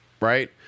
right